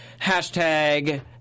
hashtag